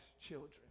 children